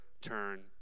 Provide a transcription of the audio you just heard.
turn